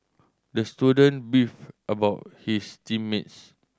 the student beefed about his team mates